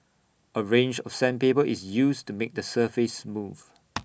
A range of sandpaper is used to make the surface smooth